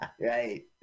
right